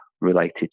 related